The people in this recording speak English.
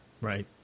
Right